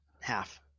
Half